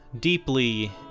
deeply